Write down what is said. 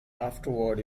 afterward